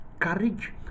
courage